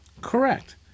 Correct